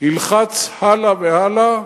ילחץ הלאה והלאה.